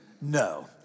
no